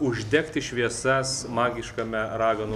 uždegti šviesas magiškame raganų